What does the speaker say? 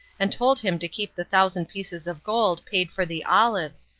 and told him to keep the thousand pieces of gold paid for the olives,